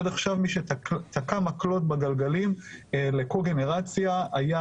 עד עכשיו מי שתקע מקלות בגלגלים לקוגנרציה היה,